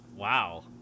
Wow